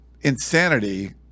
Insanity